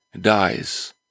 dies